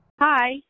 Hi